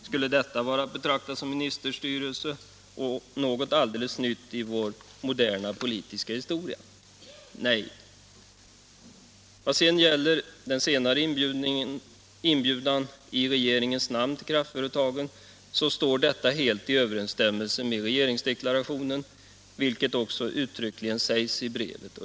Skulle detta också vara att betrakta som ministerstyre och något alldeles nytt i vår moderna politiska historia? Nej. Vad gäller den senare inbjudan i regeringens namn till kraftföretagen så står denna helt i överensstämmelse med regeringsdeklarationen, vilket också uttryckligen sägs i brevet.